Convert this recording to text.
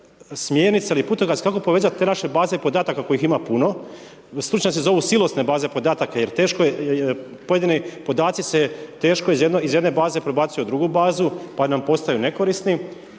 smjernica ili putokaza kako povezat te naše baze podataka, kojih ima puno, stručnjaci zovu silosne baze podataka, jer teško je, pojedini podaci se teško iz jedne baze prebacuju u drugu bazu pa nam postaju nekorisni